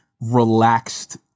relaxed